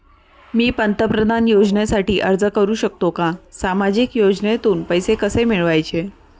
मी पंतप्रधान योजनेसाठी अर्ज करु शकतो का? सामाजिक योजनेतून पैसे कसे मिळवायचे